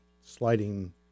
sliding